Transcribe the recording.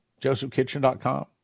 josephkitchen.com